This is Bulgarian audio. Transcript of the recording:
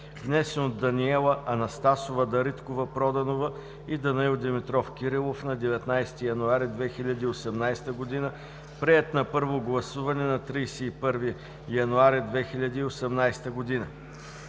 внесен от Даниела Анастасова Дариткова-Проданова и Данаил Димитров Кирилов на 19 януари 2018 г., приет на първо гласуване на 31 януари 2018 г.